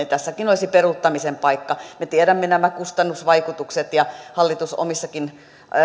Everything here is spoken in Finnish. tässäkin olisi peruuttamisen paikka me tiedämme nämä kustannusvaikutukset ja hallitus omissakin